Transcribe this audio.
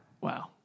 Wow